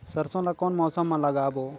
सरसो ला कोन मौसम मा लागबो?